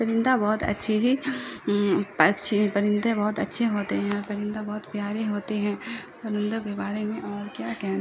پرندہ بہت اچھی ہی پکچھی پرندے بہت اچھے ہوتے ہیں پرندہ بہت پیارے ہوتے ہیں پرندوں کے بارے میں اور کیا کہنا